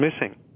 missing